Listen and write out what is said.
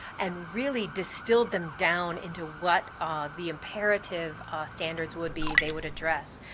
and really distilled them down into what ah the imperative ah standards would be they would address.